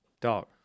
Dog